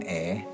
air